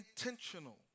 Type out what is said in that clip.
intentional